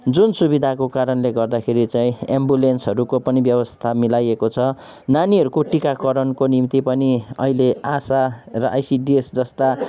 जुन सुविधाको कारणले गर्दाखेरि चाहिँ एम्बुलेन्सहरूको पनि व्यवस्था मिलाइएको छ नानीहरूको टिकाकरणको निम्ति पनि अहिले आशा र आइसिडिएस जस्ता